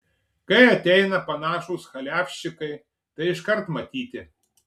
kai ateina panašūs chaliavščikai tai iškart matyti